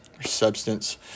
substance